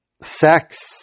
sex